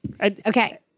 Okay